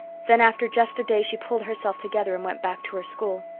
then after just a day she pulled herself together and went back to her school.